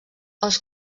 els